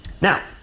Now